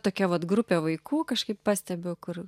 tokia vat grupė vaikų kažkaip pastebiu kur